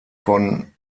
von